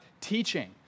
teaching